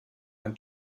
ein